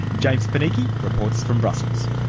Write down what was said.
james panichi reports from brussels.